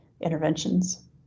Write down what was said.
interventions